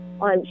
on